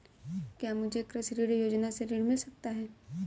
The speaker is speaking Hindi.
क्या मुझे कृषि ऋण योजना से ऋण मिल सकता है?